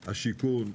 השיכון,